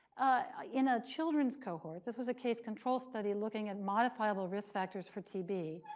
ah in a children's cohort. this was a case control study looking at modifiable risk factors for tb.